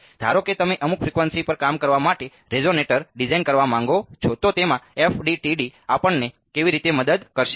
હવે ધારો કે તમે અમુક ફ્રિકવન્સી પર કામ કરવા માટે રેઝોનેટર ડિઝાઇન કરવા માંગો છો તો તેમાં FDTD આપણને કેવી રીતે મદદ કરશે